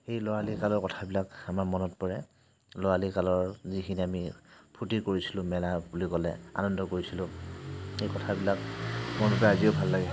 সেই ল'ৰালি কালৰ কথাবিলাক আমাৰ মনত পৰে ল'ৰালি কালৰ যিখিনি আমি ফূৰ্তি কৰিছিলোঁ মেলা বুলি ক'লে আনন্দ কৰিছিলোঁ সেই কথাবিলাক মনত পৰি আজিও ভাল লাগে